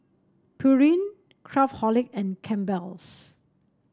Pureen Craftholic and Campbell's